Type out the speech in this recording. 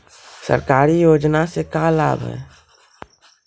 सरकारी योजना से का लाभ है?